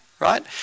Right